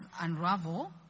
unravel